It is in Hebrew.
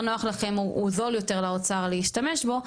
נוח לכם הוא זול יותר לאוצר להשתמש בו,